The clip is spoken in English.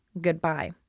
goodbye